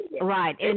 Right